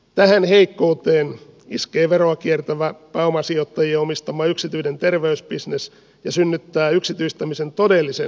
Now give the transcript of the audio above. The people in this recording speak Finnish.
tähän heikkouteen iskee veroa kiertävä pääomasijoittajien omistama yksityinen terveysbisnes ja synnyttää yksityistämisen todellisen uhkan